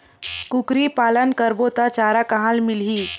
कुकरी पालन करबो त चारा कहां मिलही?